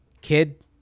Kid